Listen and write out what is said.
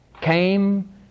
came